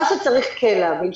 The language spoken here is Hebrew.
מה שצריך כן להבין,